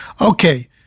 Okay